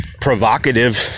provocative